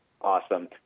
Awesome